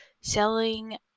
selling